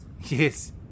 Yes